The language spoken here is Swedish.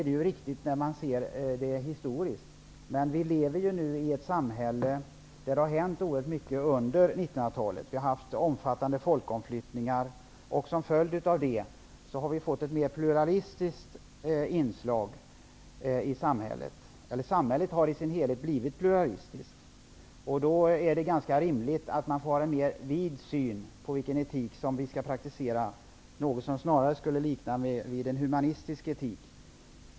Det är riktigt om man ser det historiskt, men vill lever ju nu i ett samhälle där det har hänt oerhört mycket under 1900-talet. Vi har haft omfattande folkomflyttningar, och som en följd av det har samhället i sin helhet blivit pluralistiskt. Då är det ganska rimligt att man har en mer vid syn på vilken etik vi skall praktisera, något som man snarare skulle kunna likna vid en humanistisk etik.